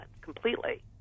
completely